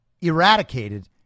eradicated